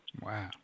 Wow